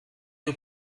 you